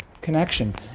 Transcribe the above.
connection